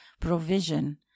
provision